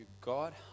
God